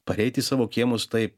pareit į savo kiemus taip